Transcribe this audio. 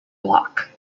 block